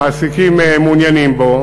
המעסיקים מעוניינים בו.